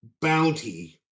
bounty